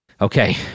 Okay